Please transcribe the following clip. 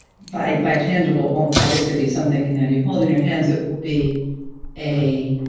by by tangible it won't obviously be something you know you hold in your hands, it will be a,